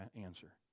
answer